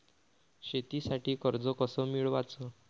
शेतीसाठी कर्ज कस मिळवाच?